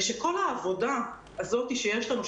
ושכל העבודה הזאת שיש לנו,